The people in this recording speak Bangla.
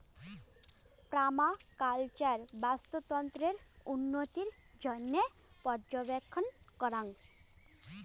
পার্মাকালচার বাস্তুতন্ত্রের উন্নতির জইন্যে পর্যবেক্ষণ করাং